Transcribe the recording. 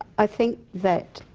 i think that